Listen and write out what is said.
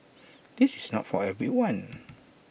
this is not for everyone